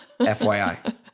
fyi